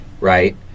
right